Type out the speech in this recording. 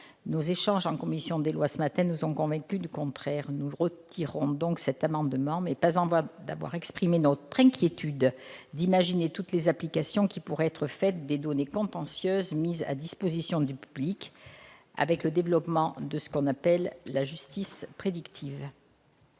Nos échanges en commission des lois ce matin nous ont convaincus du contraire. Nous retirons donc cet amendement, non sans avoir exprimé l'inquiétude que nous inspirent l'utilisation qui pourrait être faite des données contentieuses mises à disposition du public et le développement possible de ce que l'on appelle la justice prédictive.